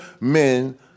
men